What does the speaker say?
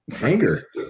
Anger